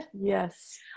Yes